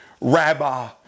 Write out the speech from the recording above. Rabbi